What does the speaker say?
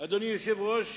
אדוני היושב-ראש,